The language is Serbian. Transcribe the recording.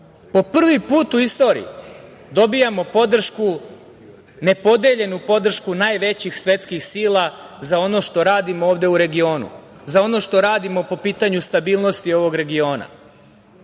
po prvi put u istoriji dobijamo podršku, nepodeljenu podršku najvećih svetskih sila za ono što radimo ovde u regionu, za ono što radimo po pitanju stabilnosti ovog regiona,